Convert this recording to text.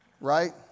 right